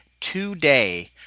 today